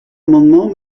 amendement